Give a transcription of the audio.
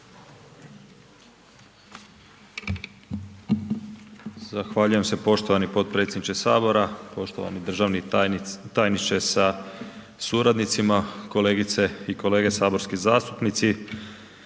Zahvaljujem se poštovani potpredsjedniče Sabora, poštovani državni tajniče sa suradnicima, kolegice i kolege saborski zastupnici.